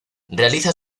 realiza